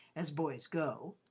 as boys go,